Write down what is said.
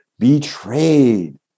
betrayed